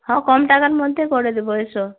হ কম টাকার মধ্যে করে দেবো এসো